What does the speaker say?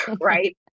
Right